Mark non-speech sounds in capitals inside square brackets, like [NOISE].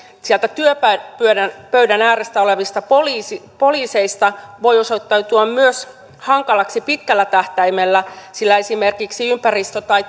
työpöydän työpöydän ääressä olevista poliiseista voi osoittautua myös hankalaksi pitkällä tähtäimellä sillä esimerkiksi ympäristö tai [UNINTELLIGIBLE]